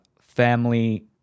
family